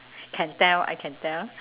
can tell I can tell